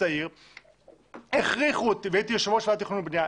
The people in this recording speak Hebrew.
העיר והייתי יושב ראש ועדת תכנון ובנייה,